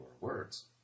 words